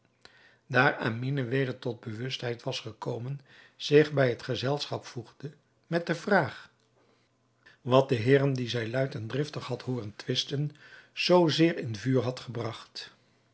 daar amine weder tot bewustheid was gekomen zich bij het gezelschap voegde met de vraag wat de heeren die zij luid en driftig had hooren twisten zoo zeer in vuur had gebracht